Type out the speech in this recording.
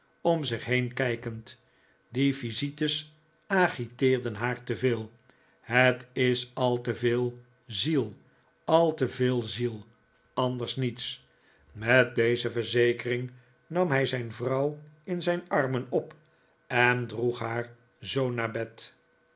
om zich heen kijkend die visites agiteerden haar te veel het is al te veel ziel al te veel ziel anders niets met deze verzekering nam hij zijn vrouw in zijn armen op en droeg haar zoo naar bed